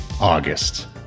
August